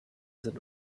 sind